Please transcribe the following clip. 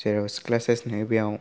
जेराव सिख्ला साइस नुयो बेयाव